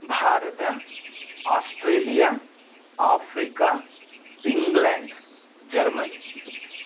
भारतम् Australia Africa England Germany